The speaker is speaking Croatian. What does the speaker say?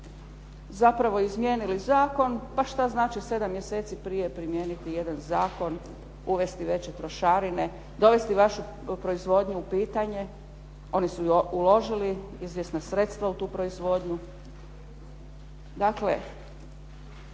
zapravo izmijenili zakon, pa što znači 7 mjeseci prije primijeniti jedan zakon, uvesti veće trošarine, dovesti vašu proizvodnju u pitanje, oni su uložili izvjesna sredstva u tu proizvodnju. Dakle,